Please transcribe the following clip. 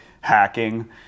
hacking